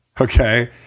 Okay